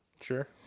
Sure